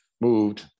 moved